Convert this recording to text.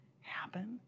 happen